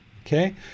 okay